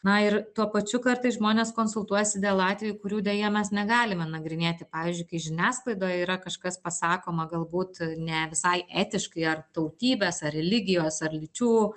na ir tuo pačiu kartais žmonės konsultuojasi dėl atvejų kurių deja mes negalime nagrinėti pavyzdžiui kai žiniasklaidoj yra kažkas pasakoma galbūt ne visai etiškai ar tautybės ar religijos ar lyčių